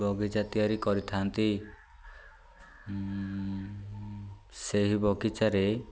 ବଗିଚା ତିଆରି କରିଥାନ୍ତି ସେହି ବଗିଚାରେ